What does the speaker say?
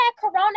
Corona